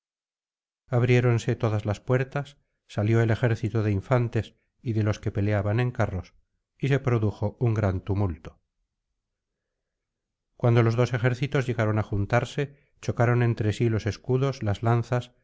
abriéronse todas las puertas salió el ejército de infantes y de los que peleaban en carros y se produjo un gran tumulto cuando los dos ejércitos llegaron á juntarse chocaron entre sí los escudos las lanzas